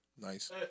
Nice